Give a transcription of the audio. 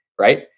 right